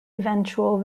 eventual